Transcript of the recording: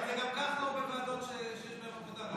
אבל זה גם כך לא בוועדות שיש בהן עבודה,